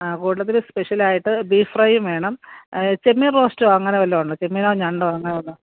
ആ കൂട്ടത്തിൽ സ്പെഷ്യൽ ആയിട്ട് ബീഫ് ഫ്രൈയും വേണം ചെമ്മീൻ റോസ്റ്റോ അങ്ങനെ വല്ലതും ഉണ്ടോ ചെമ്മീനോ ഞണ്ടോ അങ്ങനെ വല്ലതും